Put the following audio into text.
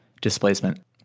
displacement